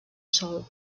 sol